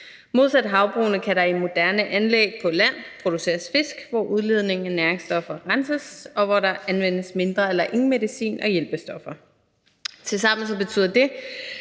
Modsat havbrugene kan der i moderne anlæg på land produceres fisk, hvor der renses for næringsstoffer, og hvor der anvendes mindre eller ingen medicin og hjælpestoffer. Tilsammen betyder det,